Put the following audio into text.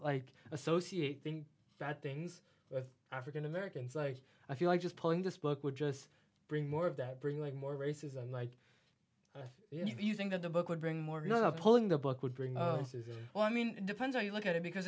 like associate think that things with african americans like i feel like just pulling this book would just bring more of that bring more racism like if you think that the book would bring more love pulling the book would bring well i mean it depends how you look at it because